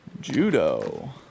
Judo